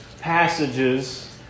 passages